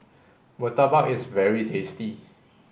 Murtabak is very tasty